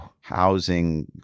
housing